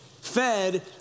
fed